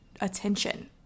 attention